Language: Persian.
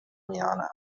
میان